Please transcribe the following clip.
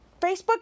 Facebook